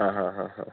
ആ ഹ ഹ